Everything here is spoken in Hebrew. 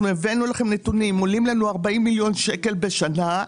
הבאנו לכם נתונים שהעולים עולים לנו 40 מיליון שקלים בשנה,